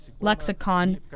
lexicon